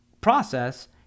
process